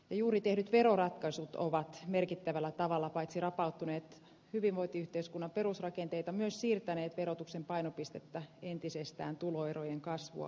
juuri tehdyt veroratkaisut ovat merkittävällä tavalla paitsi rapauttaneet hyvinvointiyhteiskunnan perusrakenteita myös siirtäneet verotuksen painopistettä entisestään tuloerojen kasvua